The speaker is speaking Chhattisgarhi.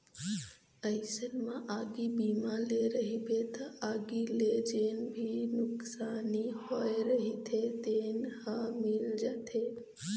अइसन म आगी बीमा ले रहिबे त आगी ले जेन भी नुकसानी होय रहिथे तेन ह मिल जाथे